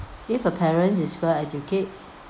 if a parent is well-educate